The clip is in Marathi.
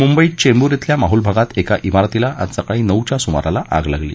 मुंबईत चेंबूर शिल्या माहूल भागात एका शिरतीला आज सकाळी नऊच्या सुमाराला आग लागली